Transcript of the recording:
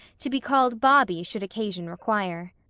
to be called bobby should occasion require.